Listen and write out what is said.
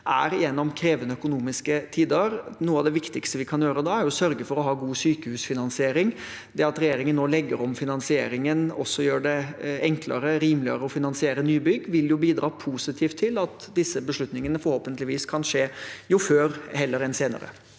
8. mai. – Ordinær spørretime 2024 viktigste vi kan gjøre da, er å sørge for å ha god sykehusfinansiering. Det at regjeringen nå legger om finansieringen og gjør det enklere og rimeligere å finansiere nybygg, vil bidra positivt til at disse beslutningene forhåpentligvis kan tas før heller enn senere.